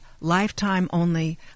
lifetime-only